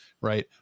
right